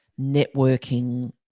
networking